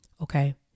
okay